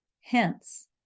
Hence